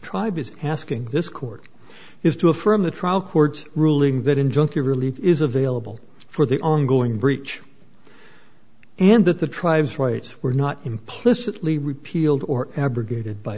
tribe is asking this court is to affirm the trial court's ruling that injunctive relief is available for the ongoing breach and that the tribes rights were not implicitly repealed or abrogate